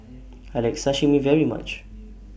I like Sashimi very much